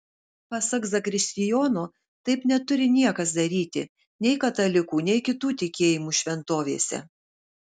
pasak zakristijono taip neturi niekas daryti nei katalikų nei kitų tikėjimų šventovėse